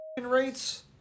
rates